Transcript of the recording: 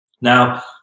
now